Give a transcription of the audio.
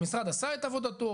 המשרד עשה את עבודתו,